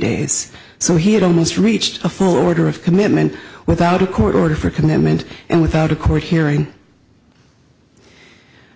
days so he had almost reached a full order of commitment without a court order for commitment and without a court hearing